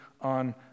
on